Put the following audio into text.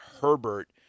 Herbert